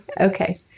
Okay